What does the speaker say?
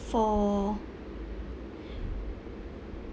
for